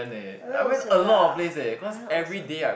I like Osaka I like Osa~